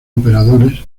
operadores